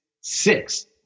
six